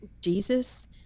jesus